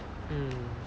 mm